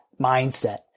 mindset